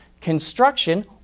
construction